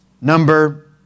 number